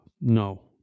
No